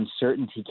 uncertainty